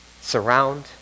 surround